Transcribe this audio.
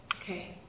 Okay